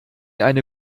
eine